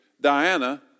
Diana